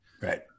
Right